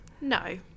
no